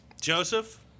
Joseph